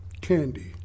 Candy